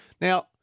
Now